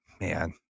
man